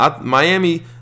Miami